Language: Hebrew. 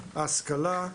ההשכלה,